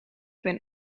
ben